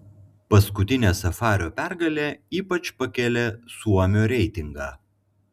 paskutinė safario pergalė ypač pakėlė suomio reitingą